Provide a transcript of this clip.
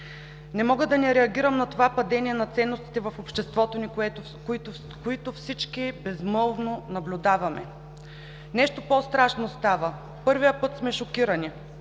Не мога да не реагирам на това падение на ценностите в обществото ни, които всички безмълвно наблюдаваме. Нещо по-страшно става: първия път сме шокирани,